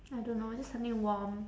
I don't know just something warm